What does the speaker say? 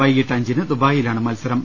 വൈകിട്ട് അഞ്ചിന് ദുബായിലാണ് മത്സരം